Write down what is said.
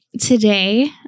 Today